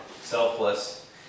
selfless